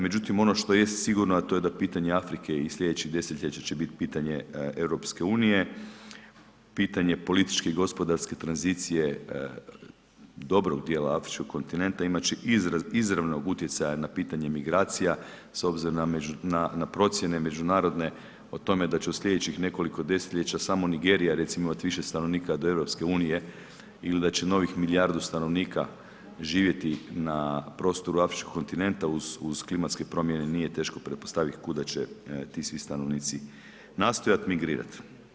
Međutim, ono što jest sigurno, a to je da pitanje Afrike i sljedeće desetljeće će biti putanje EU, pitanje političke i gospodarske tranzicije dobrog dijela Afričkog kontinenta imat će izravnog utjecaja na pitanje migracija s obzirom na procjene međunarodne o tome da će u sljedećih nekoliko desetljeća samo Nigerija recimo imati više stanovnika od EU ili da će novih milijardu stanovnika živjeti na prostoru Afričkog kontinenta uz klimatske promjene nije teško pretpostaviti kuda će ti svi stanovnici nastojati migrirat.